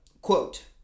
quote